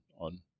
on